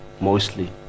mostly